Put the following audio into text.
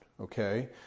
Okay